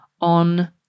on